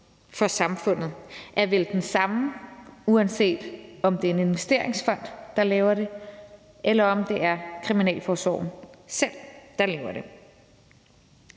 for samfundet er vel den samme, uanset om det er en investeringsfond, der laver det, eller om det er kriminalforsorgen selv, der laver det.